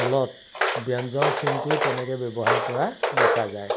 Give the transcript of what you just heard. তলত ব্যঞ্জন চিনটো তেনেকৈ ব্যৱহাৰ কৰা দেখা যায়